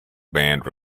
band